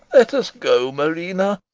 let us go, marina.